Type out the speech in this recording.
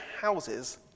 houses